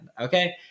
okay